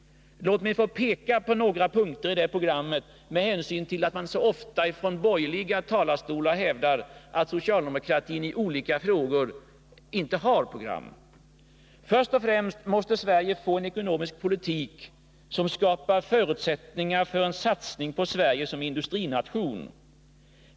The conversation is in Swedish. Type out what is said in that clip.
Låt mig få peka på några punkter i programmet, med hänsyn till att man så ofta från borgerliga talarstolar hävdar att socialdemokratin i olika frågor inte har något program. Först och främst måste Sverige få en ekonomisk politik som skapar förutsättningar för en satsning på Sverige som industrination.